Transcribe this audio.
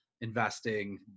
investing